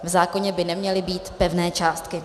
V zákoně by neměly být pevné částky.